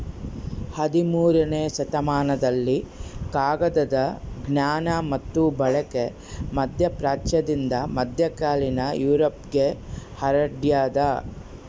ಹದಿಮೂರನೇ ಶತಮಾನದಲ್ಲಿ ಕಾಗದದ ಜ್ಞಾನ ಮತ್ತು ಬಳಕೆ ಮಧ್ಯಪ್ರಾಚ್ಯದಿಂದ ಮಧ್ಯಕಾಲೀನ ಯುರೋಪ್ಗೆ ಹರಡ್ಯಾದ